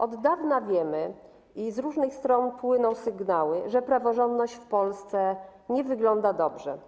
Od dawna wiemy i z różnych stron płyną sygnały, że praworządność w Polsce nie wygląda dobrze.